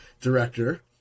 director